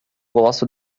gosto